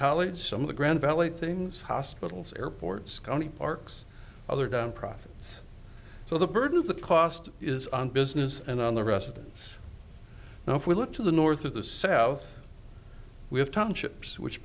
college some of the grand valley things hospitals airports county parks other than profit so the burden of the cost is on business and on the residence now if we look to the north of the south we have tom ships which